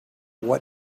what